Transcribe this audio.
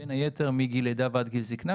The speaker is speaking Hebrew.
בין היתר, מגיל לידה ועד גיל זקנה.